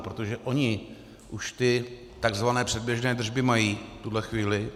Protože oni už ty takzvané předběžné držby mají v tuhle chvíli.